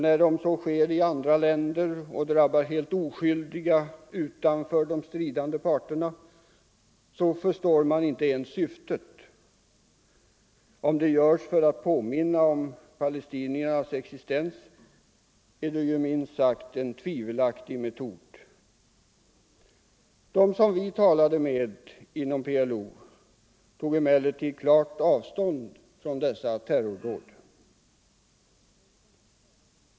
När de så sker i andra länder och drabbar helt oskyldiga utanför de stridande parterna, förstår man inte ens syftet. Om de begås för att påminna om palestiniernas existens är det minst 125 sagt en tvivelaktig metod. De som vi talade med inom PLO tog emellertid klart avstånd från dessa terrordåd.